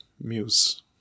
muse